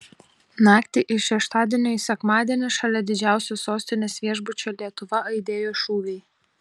naktį iš šeštadienio į sekmadienį šalia didžiausio sostinės viešbučio lietuva aidėjo šūviai